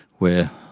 where